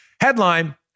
Headline